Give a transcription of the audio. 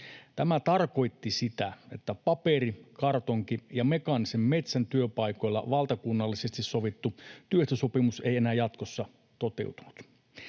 Tämä tarkoitti sitä, että paperi-, kartonki- ja mekaanisen metsäteollisuuden työpaikoilla valtakunnallisesti sovittu työehtosopimus ei enää jatkossa toteutunut.